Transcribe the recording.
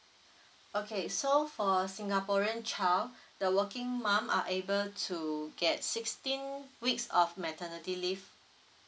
okay so for a singaporean child the working mum are able to get sixteen weeks of maternity leave